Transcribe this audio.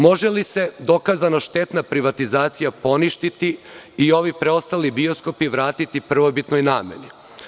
Može li se dokazano štetna privatizacija poništiti i ovi preostali bioskopi vratiti prvobitnoj nameni?